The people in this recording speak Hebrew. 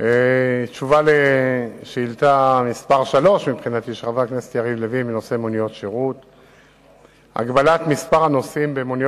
הרשות הלאומית לבטיחות בדרכים, החברה הלאומית